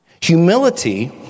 Humility